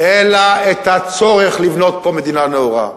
אלא את הצורך לבנות פה מדינה נאורה.